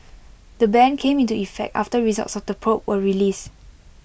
the ban came into effect after results of the probe were released